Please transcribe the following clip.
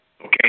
Okay